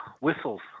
whistles